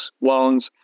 loans